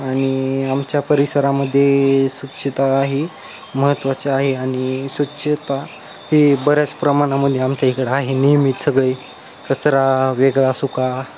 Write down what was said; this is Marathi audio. आणि आमच्या परिसरामध्ये स्वच्छता ही महत्त्वाचे आहे आणि स्वच्छता हे बऱ्याच प्रमाणामध्ये आमच्या इकडं आहे नेहमीच सगळे कचरा वेगळा सुका